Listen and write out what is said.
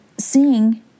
seeing